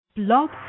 Blog